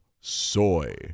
soy